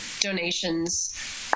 donations